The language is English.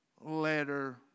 letter